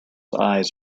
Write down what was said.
eyes